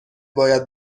باید